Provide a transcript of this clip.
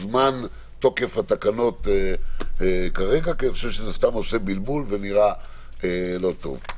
זמן תוקף התקנות כרגע כי זה סתם עושה בלבול ונראה לא טוב.